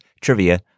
trivia